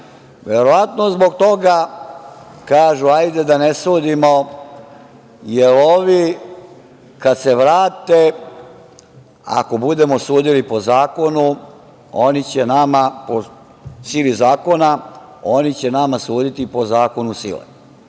Verovatno zbog toga kažu - ajde da ne sudimo, jer ovi kad se vrate, ako budemo sudili po zakonu, po sili zakona, oni će nama suditi po zakonu sile.